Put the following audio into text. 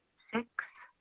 six,